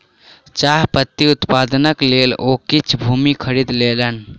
चाह पत्ती उत्पादनक लेल ओ किछ भूमि खरीद लेलैन